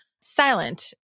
silent